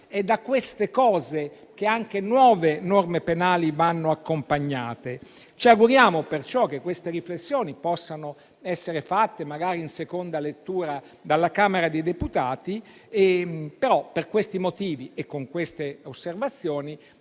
È da queste cose che anche nuove norme penali vanno accompagnate. Ci auguriamo perciò che queste riflessioni possano essere fatte, magari in seconda lettura, dalla Camera dei deputati. Per questi motivi e con queste osservazioni,